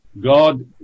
God